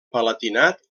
palatinat